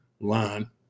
line